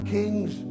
kings